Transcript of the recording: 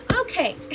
okay